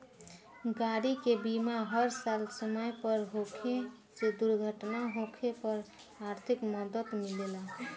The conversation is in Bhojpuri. गाड़ी के बीमा हर साल समय पर होखे से दुर्घटना होखे पर आर्थिक मदद मिलेला